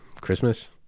Christmas